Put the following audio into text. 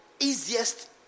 easiest